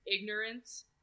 ignorance